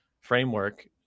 framework